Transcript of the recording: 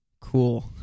cool